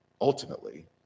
ultimately